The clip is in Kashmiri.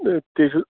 ہے تہ چھُ